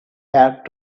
back